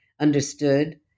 understood